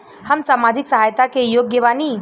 हम सामाजिक सहायता के योग्य बानी?